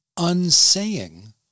unsaying